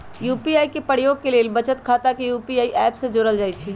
UPI के प्रयोग के लेल बचत खता के यू.पी.आई ऐप से जोड़ल जाइ छइ